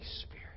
Spirit